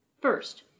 First